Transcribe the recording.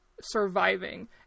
surviving